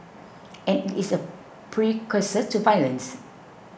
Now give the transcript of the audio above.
and it is a precursor to violence